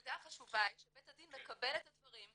הנקודה החשובה היא שבית הדין מקבל את הדברים,